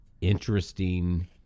interesting